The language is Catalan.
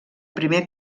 primer